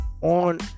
on